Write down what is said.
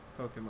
Pokemon